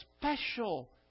special